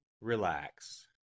Relax